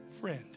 friend